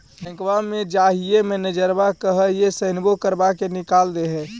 बैंकवा मे जाहिऐ मैनेजरवा कहहिऐ सैनवो करवा के निकाल देहै?